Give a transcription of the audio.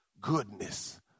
goodness